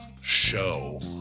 show